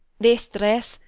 this dress,